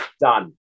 Done